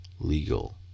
legal